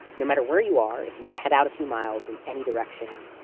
no matter where you are, if you head out a few miles in any direction,